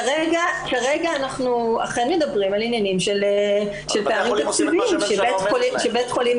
כרגע אנחנו אכן מדברים על עניינים של פערים תקציביים שבית חולים